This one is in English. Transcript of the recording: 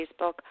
Facebook